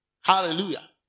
Hallelujah